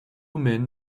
men